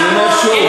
אני אומר שוב,